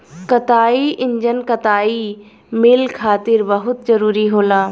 कताई इंजन कताई मिल खातिर बहुत जरूरी होला